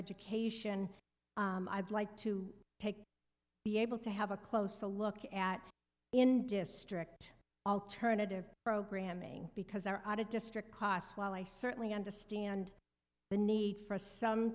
education i'd like to take be able to have a close a look at in district alternative programming because our out of district costs while i certainly understand the need for some